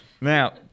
Now